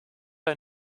hij